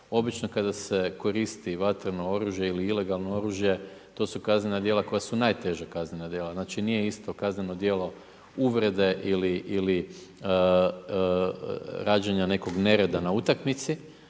obično kada se koristi vatreno oružje ili ilegalno oružje to su kaznena djela koja su najteža kaznena djela. Znači nije isto kazneno djelo uvrede ili rađenja nekog nereda na utakmici